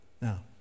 Now